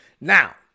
now